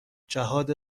جهاد